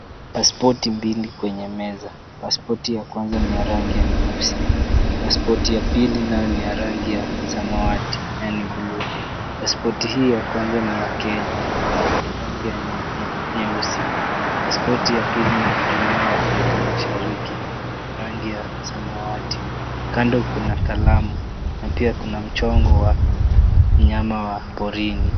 Pasipoti mbili kwenye meza. Pasipoti ya kwanza ni ya rangi ya nyeusi. Pasipoti ya pili nayo ni ya rangi ya samawati yaani bluu. Pasipoti hii ya kwanza ni ya Kenya yenye rangi ya nyeusi. Pasipoti ya pili ni ya Jumuia ya Afrika Mashariki yenye rangi ya samawati. Kando kuna kalamu na pia kuna mchongo wa mnyama wa porini.